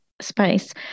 space